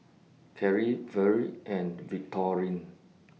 Kerri Vere and Victorine